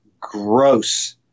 gross